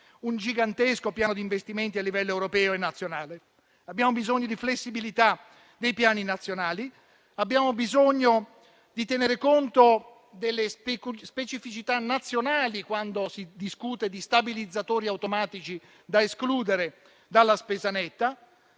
un gigantesco piano di investimenti a livello europeo e nazionale. Abbiamo bisogno di flessibilità dei piani nazionali e di tenere conto delle specificità nazionali, quando si discute di stabilizzatori automatici da escludere dalla spesa netta.